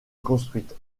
construite